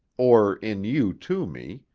or in you to me,